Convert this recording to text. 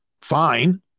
fine